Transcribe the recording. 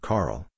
Carl